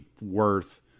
worth